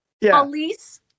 police